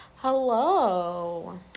hello